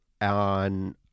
on